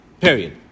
Period